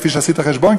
כפי שעשית חשבון,